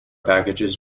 packages